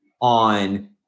on